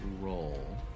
roll